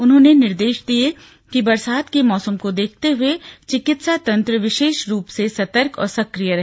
उन्होंने निर्देश दिए कि बरसात के मौसम को देखते हुए चिकित्सा तंत्र विशेष रूप से सर्तक और सक्रिय रहे